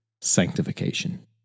sanctification